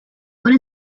what